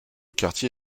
quartier